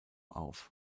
auf